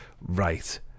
Right